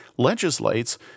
Legislates